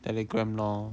telegram lor